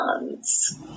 months